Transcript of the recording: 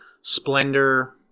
Splendor